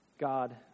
God